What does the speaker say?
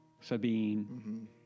Sabine